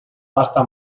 pasta